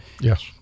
Yes